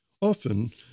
Often